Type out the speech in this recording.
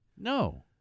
No